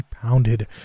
Pounded